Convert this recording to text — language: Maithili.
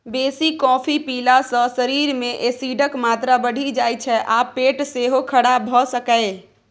बेसी कॉफी पीला सँ शरीर मे एसिडक मात्रा बढ़ि जाइ छै आ पेट सेहो खराब भ सकैए